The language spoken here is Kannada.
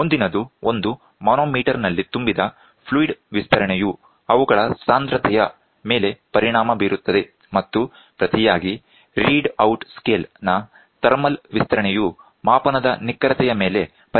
ಮುಂದಿನದು ಒಂದು ಮಾನೋಮೀಟರ್ನಲ್ಲಿ ತುಂಬಿದ ಫ್ಲೂಯಿಡ್ ವಿಸ್ತರಣೆಯು ಅವುಗಳ ಸಾಂದ್ರತೆಯ ಮೇಲೆ ಪರಿಣಾಮ ಬೀರುತ್ತದೆ ಮತ್ತು ಪ್ರತಿಯಾಗಿ ರೀಡ್ ಔಟ್ ಸ್ಕೇಲ್ ನ ಥರ್ಮಲ್ ವಿಸ್ತರಣೆಯು ಮಾಪನದ ನಿಖರತೆಯ ಮೇಲೆ ಪರಿಣಾಮ ಬೀರುತ್ತದೆ